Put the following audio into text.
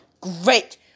great